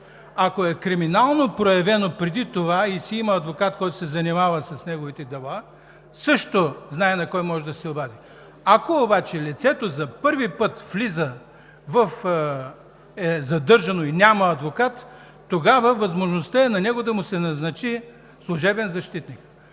Ако е криминално проявено преди това и си има адвокат, който се занимава с неговите дела, също знае на кого може да се обади. Ако обаче лицето е задържано за първи път и няма адвокат, тогава възможността е да му се назначи служебен защитник.